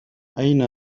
أين